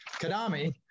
Kadami